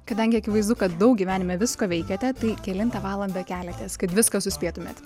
kadangi akivaizdu kad daug gyvenime visko veikiate tai kelintą valandą keliatės kad viską suspėtumėt